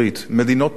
מדינות נאט"ו,